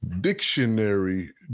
dictionary